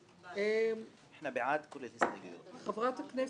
הסתייגות לסעיף 1. הסתייגות 1. מי בעד?